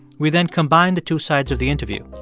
we then combined the two sides of the interview.